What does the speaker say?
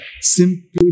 Simply